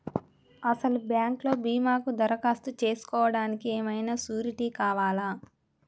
అసలు బ్యాంక్లో భీమాకు దరఖాస్తు చేసుకోవడానికి ఏమయినా సూరీటీ కావాలా?